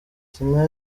sina